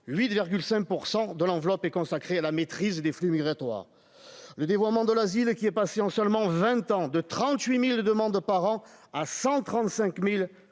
8,5 % de l'enveloppe est consacrée à la maîtrise des flux migratoires le dévoiement de l'asile qui est passé en seulement 20 ans de 38000 demandes par an, à 135000